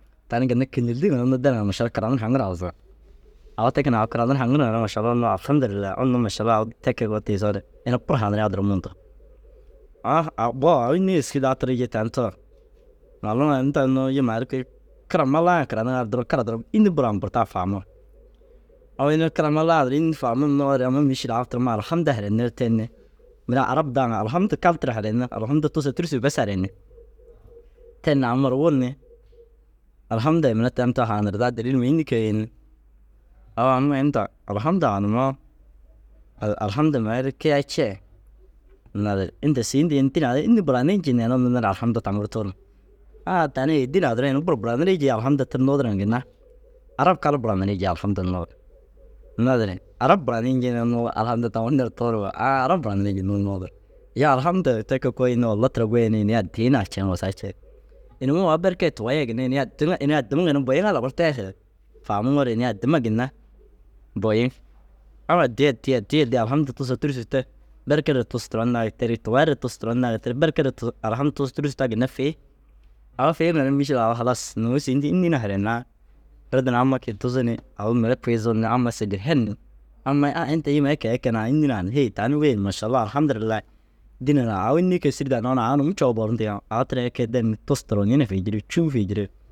Tani ginna kînildin ŋa ru unnu deriŋa ru mašalla kiranir haŋir au zira. Au te keenaa au kiranir haŋirŋare Mašallau unnu alhamdillai unnu mašalla au te keegoo tiisoore ina buru haanirgaa duro mundu. Aa au bo- a înni yêski daa tirii jii tani to? Amaluma inta unnu yim ai ru kui kira mallaa ŋa karaniŋaa ru duro kira duro înni buru ompurtaa faamum? Au ini kira mallaa ŋa duro înni faamum nuŋoore? Ama mîšil au turoma alhamdû harainne ru ten ni mire arab daaŋa alhamdû kal tira harainni. Alhamdû tusa tûrusuu bes harainni. Ten ni ama ru wun ni alhamdû ai mire tan to haanirdaa dêlilma înni kee? Yi ni au amai inta alhamdû haanimmoo al alhamdû mire ri kiyai cee. Naazire inta sîndi ini dînaa duro înni buranii cii neere unnu nir alhamdû taŋu ru tuurum? Aa tani dîna duro ini buru buranirii jii alhamdû tir nuudiriŋa ginna arab kal buranirii jii alhamdû nuudur. Naazire arab buranii ñii unnu alhamdû taŋu ru nir? Aa arab buranirii jii unnu nuudur. Iyoo alhamdû ai te keekoo yi ni ollo tira goyi ni inii addii naa cen wusaa cen. Ini muu au berke ye tuwai ye ginna ini addima ini addimuu ginna boyiŋaa labar tayi hee. Faamuŋoore ini addima ginna boyiŋ. Au addii addii addii addii alhamdû tisa tûrusuu te berke na tus turon nau terig tuwai na tus turon naagi, berke na tis. Alhamdû tusa tûrusuu ta ginna fii. Au fiimare mîšil au halas nuusîndi înni na harainnaa ridi ni amma kii tuzu ni au mire kui zun ni amma sêle hen ni ammai « A inta yim ai kee ai keenaa înni haanimmi ».« Hêe tani wêen mašallau alhamdûrllai dînaa raa au înnii kee sîri dannoo na au num coo boru intiyaa au tirai ai kee den ni tus turonii na fi jiri cûu fi jiri